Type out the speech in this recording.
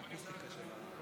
התקבלה בקריאה ראשונה, 72 בעד,